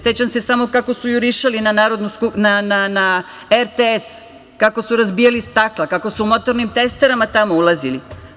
Sećam se samo kako su jurišali na RTS, kako su razbijali stakla, kako su motornim testerama tamo ulazili?